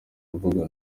mvugo